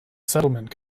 settlement